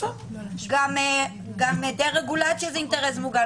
גם דה רגולציה זה אינטרס מוגן